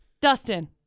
Dustin